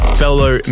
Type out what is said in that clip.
fellow